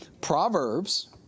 Proverbs